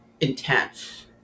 intense